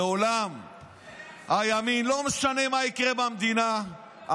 לא משנה מה יקרה במדינה,